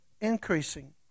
increasing